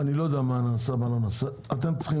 אני לא יודע מה נעשה מה לא נעשה, אתם צריכים